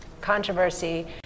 controversy